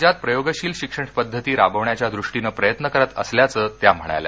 राज्यात प्रयोगशील शिक्षण पद्धती राबवण्याच्या दृष्टीनं प्रयत्न करत असल्याचं त्या म्हणाल्या